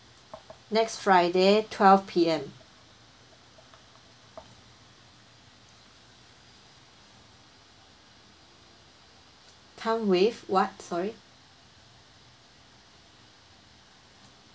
next friday twelve P_M tang wave what sorry